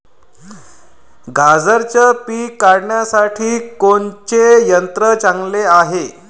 गांजराचं पिके काढासाठी कोनचे यंत्र चांगले हाय?